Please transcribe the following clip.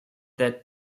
that